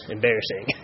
Embarrassing